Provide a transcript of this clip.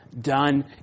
done